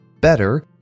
better